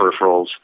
peripherals